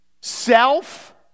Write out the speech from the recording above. self